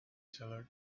seller